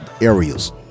areas